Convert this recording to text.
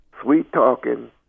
sweet-talking